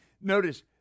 Notice